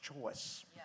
choice